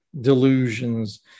delusions